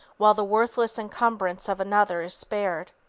while the worthless incumbrance of another is spared?